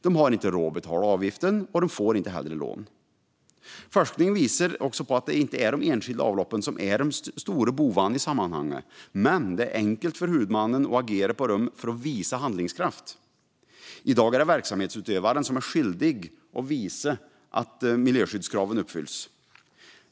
De har inte råd att betala avgiften, och de får inte heller lån. Forskning visar också att det inte är de enskilda avloppen som är de stora bovarna i sammanhanget, men det är enkelt för huvudmannen att agera på dem för att visa handlingskraft. I dag är det verksamhetsutövaren som är skyldig att visa att miljöskyddskraven uppfylls.